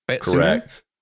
Correct